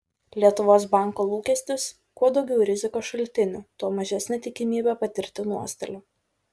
lietuvos banko lūkestis kuo daugiau rizikos šaltinių tuo mažesnė tikimybė patirti nuostolių